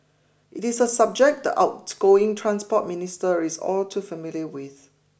it is a subject the outgoing Transport Minister is all too familiar with